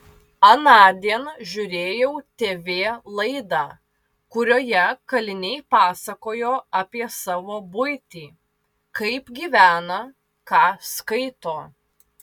anądien žiūrėjau tv laidą kurioje kaliniai pasakojo apie savo buitį kaip gyvena ką skaito